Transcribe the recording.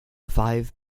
five